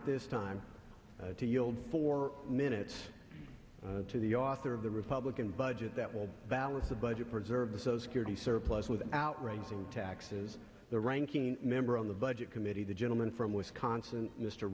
at this time to yield four minutes to the author of the republican budget that will balance the budget preserve so security surplus without raising taxes the ranking member on the budget committee the gentleman from wisconsin mr